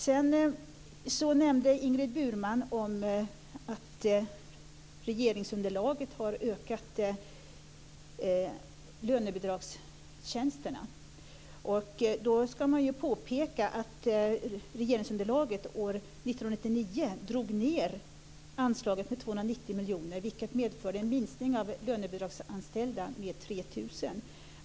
Sedan nämnde Ingrid Burman att regeringsunderlaget har ökat antalet lönebidragstjänster. Då vill jag påpeka att regeringsunderlaget år 1999 drog ned anslaget med 290 miljoner. Det medförde en minskning av antalet lönebidragsanställda med 3 000.